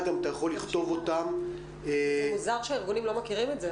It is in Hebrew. זה מוזר שהארגונים לא מכירים את זה,